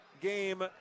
game